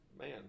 Man